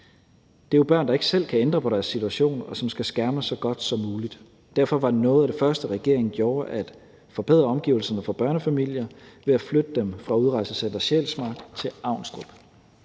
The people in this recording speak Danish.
Det er jo børn, der ikke selv kan ændre på deres situation, og som skal skærmes så godt som muligt. Derfor var noget af det første, regeringen gjorde, at forbedre omgivelserne for børnefamilier ved at flytte dem fra Udrejsecenter Sjælsmark til Udrejsecenter